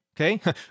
Okay